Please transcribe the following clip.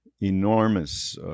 enormous